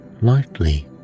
lightly